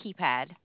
keypad